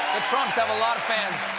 the trumps have a lot of fans.